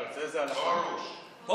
פרוש.